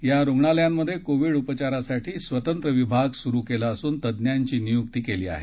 या रुग्णालयांमध्ये कोविड उपचारासाठी स्वतंत्र विभाग सुरु केला असून तज्ञांची नियुक्ती केली आहे